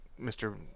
Mr